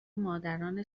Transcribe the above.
مادران